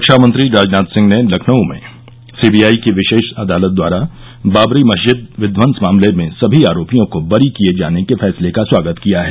रक्षामंत्री राजनाथ सिंह ने लखनऊ में सीबीआई की विशेष अदालत द्वारा बाबरी मस्जिद विध्यंस मामले में सभी आरोपियों को बरी किए जाने के फैसले का स्वागत किया है